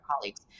colleagues